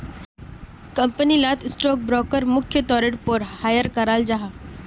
company लात stock broker मुख्य तौरेर पोर हायर कराल जाहा